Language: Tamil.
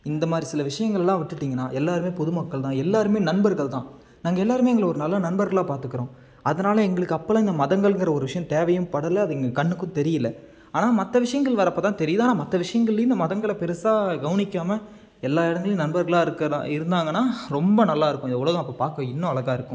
இந்தமாதிரி சில விஷயங்கள்லாம் விட்டுட்டிங்கன்னா எல்லாருமே பொது மக்கள் தான் எல்லாருமே நண்பர்கள் தான் நாங்கள் எல்லாருமே எங்களை ஒரு நல்ல நண்பர்களாக பார்த்துக்குறோம் அதனால எங்களுக்கு அப்போலாம் இந்த மதங்கள்ங்கிற ஒரு விஷயம் தேவையும் படலை அது எங்கள் கண்ணுக்கும் தெரியலை ஆனால் மற்ற விஷயங்கள் வரப்போ தான் தெரியுது ஆனால் மற்ற விஷயங்கள்லையும் இந்த மதங்களை பெருசாக கவனிக்காமல் எல்லா இடங்கள்லையும் நண்பர்களாக இருக்க தான் இருந்தாங்கன்னா ரொம்ப நல்லாயிருக்கும் இந்த உலகம் அப்போ பார்க்க இன்னும் அழகாக இருக்கும்